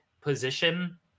position